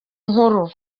nkuru